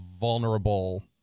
vulnerable